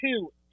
two